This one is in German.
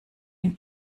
den